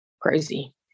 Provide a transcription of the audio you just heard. crazy